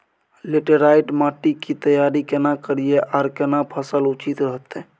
Laterite माटी की तैयारी केना करिए आर केना फसल उचित रहते?